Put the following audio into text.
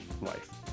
life